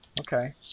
Okay